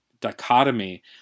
dichotomy